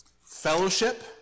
fellowship